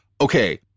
okay